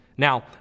Now